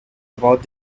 about